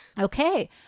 Okay